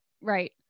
Right